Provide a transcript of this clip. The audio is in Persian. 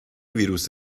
ویروس